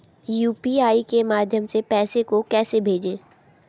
UPI के माध्यम से पैसे को कैसे भेजें?